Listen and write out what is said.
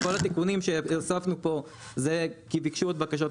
כל התיקונים שהוספנו פה זה זה כי ביקשו עוד בקשות.